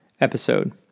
episode